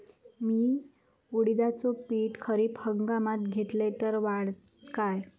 मी उडीदाचा पीक खरीप हंगामात घेतलय तर वाढात काय?